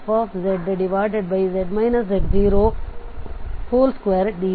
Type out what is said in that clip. ಆದ್ದರಿಂದ f12πiCfzz z02dz